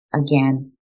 again